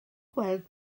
gweld